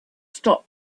stop